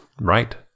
right